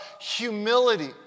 humility